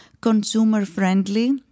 consumer-friendly